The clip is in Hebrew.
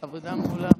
חבריי חברי הכנסת,